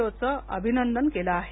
ओ चं अभिनंदन केलं आहे